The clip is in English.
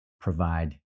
provide